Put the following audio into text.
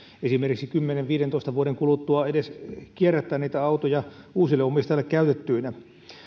esimerkiksi kymmenen viiva viidentoista vuoden kuluttua edes kierrättää niitä autoja uusille omistajille käytettyinä